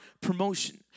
promotion